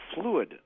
fluid